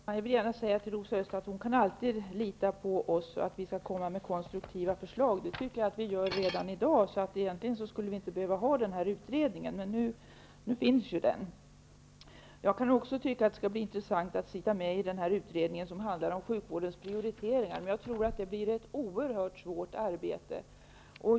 Herr talman! Jag vill säga till Rosa Östh att hon alltid kan lita på oss och på att vi skall komma med konstruktiva förslag. Det tycker jag att vi gör redan i dag, så egentligen skulle vi inte behöva ha den här utredningen, men nu finns den ju ändå. Jag tycker också att det skall bli intressant att sitta med i den utredning som handlar om sjukvårdens prioriteringar, men jag tror att det innebär ett oerhört svårt arbete.